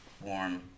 warm